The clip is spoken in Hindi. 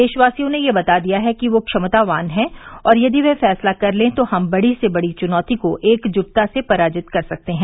देशवासियों ने यह बता दिया है कि वे क्षमतावान हैं और यदि वे फैसला कर लें तो हम बड़ी से बड़ी चुनौती को एकजुटता से पराजित कर सकते हैं